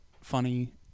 funny